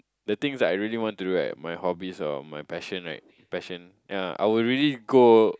the things that I really want to do right my hobbies or my passion right passion ya I will really go